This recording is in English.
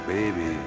Baby